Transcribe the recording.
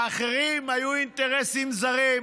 לאחרים היו אינטרסים זרים,